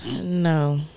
No